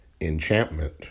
enchantment